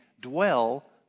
dwell